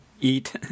eat